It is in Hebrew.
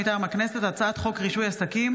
מטעם הכנסת: הצעת חוק רישוי עסקים